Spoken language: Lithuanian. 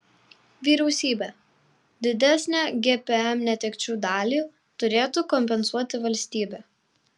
vyriausybė didesnę gpm netekčių dalį turėtų kompensuoti valstybė